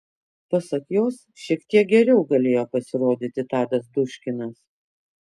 pasak jos šiek tek geriau galėjo pasirodyti tadas duškinas